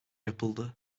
yapıldı